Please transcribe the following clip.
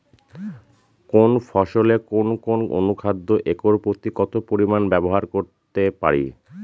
কোন ফসলে কোন কোন অনুখাদ্য একর প্রতি কত পরিমান ব্যবহার করতে পারি?